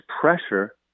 pressure